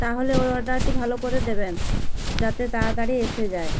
তাহলে ওই অর্ডারটি ভালো করে দেবেন যাতে তাড়াতাড়ি এসে যায়